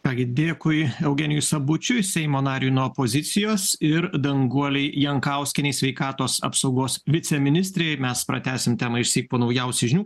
ką gi dėkui eugenijui sabučiui seimo nariui nuo opozicijos ir danguolei jankauskienei sveikatos apsaugos viceministrei mes pratęsime temą išsyk po naujausių žinių